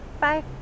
Bye